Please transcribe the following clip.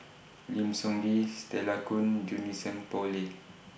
Lim Soo Ngee Stella Kon Junie Sng Poh Leng